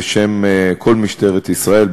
בשם כל משטרת ישראל,